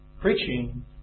Preaching